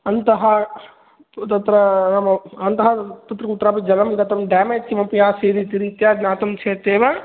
अन्तः तत्र नाम अन्तः तत्र कुत्रापि जलं गतं डेमेज् किमपि आसीत् इति रीत्या ज्ञातं चेत् एव